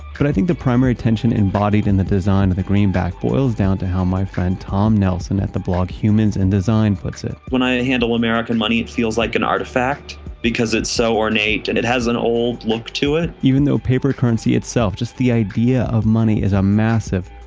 but i think the primary tension embodied in the design of the greenback boils down to how my friend tom nelson at the blog humans and design puts it. when i handle american money it feels like an artifact, because it's so ornate and it has an old look to it. even though paper currency itself, the idea of money is a massive,